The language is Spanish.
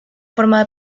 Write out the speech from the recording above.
forma